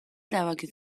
erabaki